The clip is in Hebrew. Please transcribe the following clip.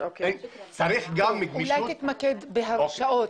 אולי תתמקד בהרשאות.